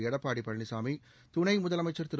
எடப்பாடி பழனிசாமி துணை முதலமைச்சள் திரு